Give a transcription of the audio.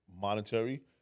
monetary